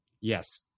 Yes